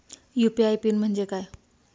UPI pin म्हणजे काय?